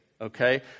okay